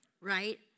right